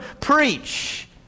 preach